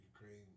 Ukraine